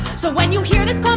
so when you hear this, call